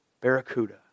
Barracuda